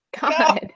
god